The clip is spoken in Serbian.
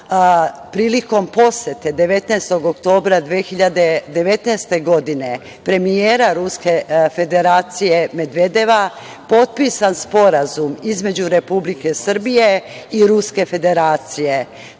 prilikom posete 19. oktobra 2019. godine premijera Ruske Federacije Medvedeva potpisan sporazum između Republike Srbije i Ruske Federacije. Značaj